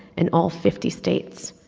in all fifty states.